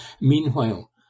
Meanwhile